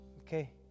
Okay